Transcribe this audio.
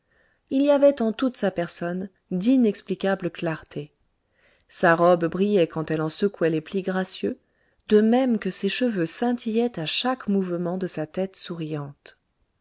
il y avait en toute sa personne d'inexplicables clartés sa robe brillait quand elle en secouait les plis gracieux de même que ses cheveux scintillaient à chaque mouvement de sa tête souriante